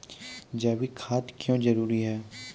जैविक खाद क्यो जरूरी हैं?